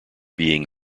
being